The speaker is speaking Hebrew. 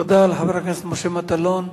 תודה לחבר הכנסת משה מטלון.